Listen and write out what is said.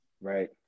Right